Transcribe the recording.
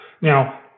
Now